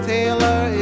Taylor